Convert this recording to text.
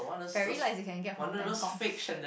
fairy lights you can get from Bangkok